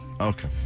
Okay